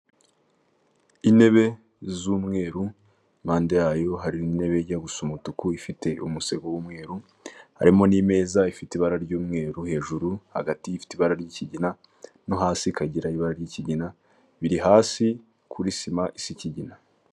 Intebe z'umweru impande yayo hari intebe ijya gusa umutuku ifite umusego w'umweru, harimo n'imeza ifite ibara ry'umweru hejuru hagati ifite ibara ry'ikigina, no hasi ikagira ibara ry'ikigina biri hasi kuri sima isa ikigina.